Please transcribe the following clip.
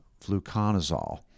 fluconazole